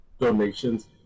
donations